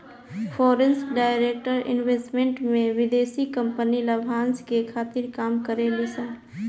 foreign direct investment में विदेशी company लाभांस के खातिर काम करे ली सन